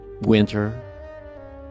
Winter